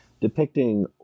depicting